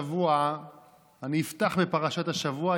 אני אפתח בפרשת השבוע,